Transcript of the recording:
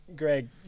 Greg